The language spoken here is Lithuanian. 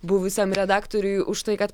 buvusiam redaktoriui už tai kad